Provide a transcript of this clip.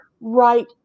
right